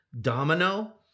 domino